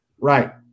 Right